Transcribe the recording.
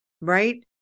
Right